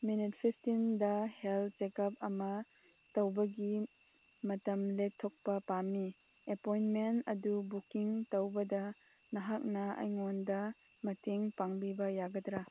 minute ꯐꯤꯐꯇꯤꯟꯗ health check up ꯑꯃ ꯇꯧꯕꯒꯤ ꯃꯇꯝ ꯂꯦꯞꯊꯣꯛꯄ ꯄꯥꯝꯃꯤ ꯑꯦꯄꯣꯏꯟꯃꯦꯟ ꯑꯗꯨ ꯕꯨꯛꯀꯤꯡ ꯇꯧꯕꯗ ꯅꯍꯥꯛꯅ ꯑꯩꯉꯣꯟꯗ ꯃꯇꯦꯡ ꯄꯥꯡꯕꯤꯕ ꯌꯥꯒꯗ꯭ꯔꯥ